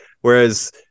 whereas